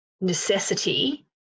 necessity